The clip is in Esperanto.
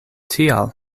tial